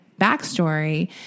backstory